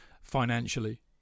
financially